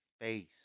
face